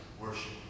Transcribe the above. worship